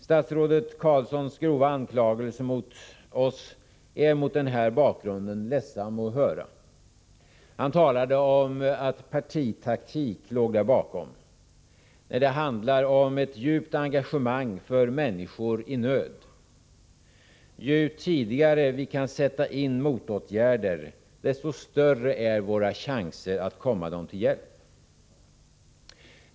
Statsrådet Carlssons grova anklagelse mot oss är mot den här bakgrunden ledsam att höra. Han talade om att partitaktik låg där bakom, när det handlar om ett djupt engagemang för människor i nöd. Ju tidigare vi kan sätta in motåtgärder, desto större är våra chanser att komma dem till hjälp.